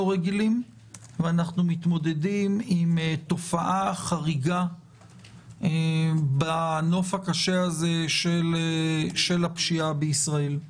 רגילים ואנחנו מתמודדים עם תופעה חריגה בנוף הקשה הזה של הפשיעה בישראל.